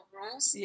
rules